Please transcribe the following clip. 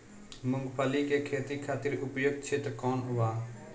मूँगफली के खेती खातिर उपयुक्त क्षेत्र कौन वा?